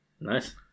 nice